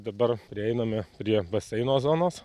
dabar prieiname prie baseino zonos